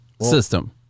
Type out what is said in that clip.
system